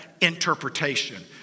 interpretation